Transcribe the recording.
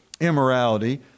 immorality